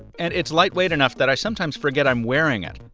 and it's lightweight enough that i sometimes forget i'm wearing it,